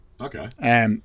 Okay